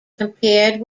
compared